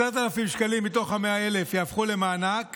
10,000 שקלים מתוך ה-100,000 יהפכו למענק